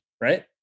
right